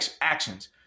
actions